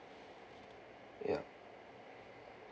ya